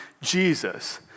Jesus